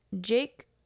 Jake